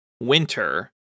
winter